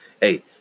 hey